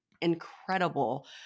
incredible